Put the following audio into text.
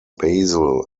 basil